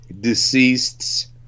deceased's